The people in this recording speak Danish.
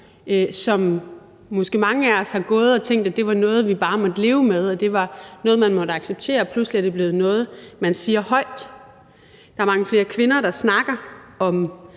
os måske har gået og tænkt, at det bare var noget, vi måtte leve med, og at det var noget, man måtte acceptere, og pludselig er det blevet noget, man siger højt. Der er mange flere kvinder, der snakker om